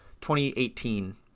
2018